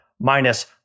minus